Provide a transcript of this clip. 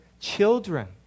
Children